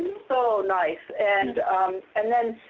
so nice. and and then,